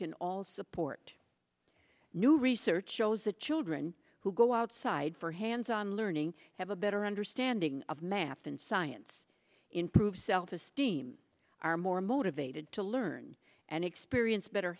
can all support new research shows that children who go outside for hands on learning have a better understanding of math and science improves self esteem are more motivated to learn and experience better